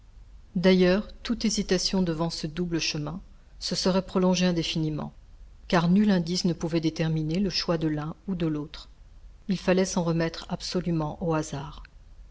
d'ailleurs toute hésitation devant ce double chemin se serait prolongée indéfiniment car nul indice ne pouvait déterminer le choix de l'un ou de l'autre il fallait s'en remettre absolument au hasard